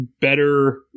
better